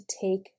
take